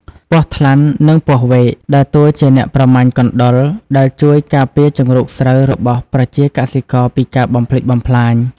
ពស់ថ្លាន់ និងពស់វែក ដើរតួជាអ្នកប្រមាញ់កណ្ដុរ ដែលជួយការពារជង្រុកស្រូវរបស់ប្រជាកសិករពីការបំផ្លិចបំផ្លាញ។